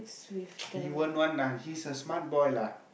he won't one lah he's a smart boy lah